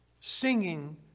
Singing